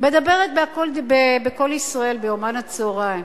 מדברת ב"קול ישראל" ביומן הצהריים.